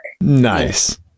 Nice